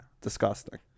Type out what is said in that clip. Disgusting